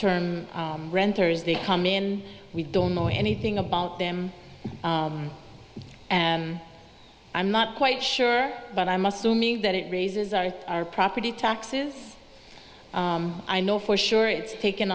term renters they come in we don't know anything about them and i'm not quite sure but i'm assuming that it raises our our property taxes i know for sure it's taken